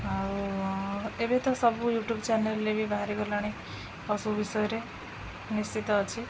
ଆଉ ଏବେ ତ ସବୁ ୟୁଟ୍ୟୁବ ଚ୍ୟାନେଲରେ ବି ବାହାରି ଗଲାଣି ପଶୁ ବିଷୟରେ ନିଶ୍ଚିତ ଅଛି